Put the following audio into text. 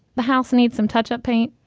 the house needs some touch up paint,